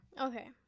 okay